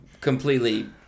completely